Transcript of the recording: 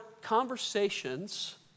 conversations